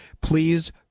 please